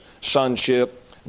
sonship